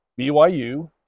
BYU